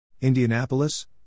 Indianapolis